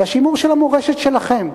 זה השימור של המורשת שלכם,